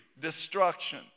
destruction